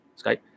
Skype